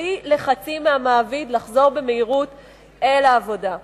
בלי לחצים מהמעביד לחזור במהירות אל העבודה.